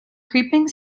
creeping